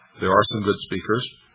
there are some good speakers.